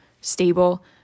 stable